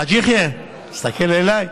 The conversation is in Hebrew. חאג' יחיא, תסתכל אליי,